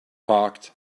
parked